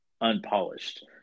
unpolished